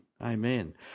Amen